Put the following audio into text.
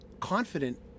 confident